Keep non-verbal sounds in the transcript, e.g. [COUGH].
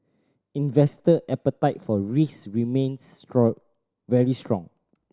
investor appetite for risk remains [UNINTELLIGIBLE] very strong